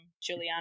Juliana